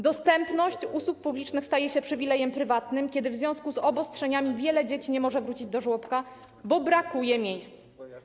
Dostępność usług publicznych staje się przywilejem prywatnym, kiedy w związku z obostrzeniami wiele dzieci nie może wrócić do żłobka, bo brakuje miejsc.